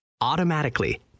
Automatically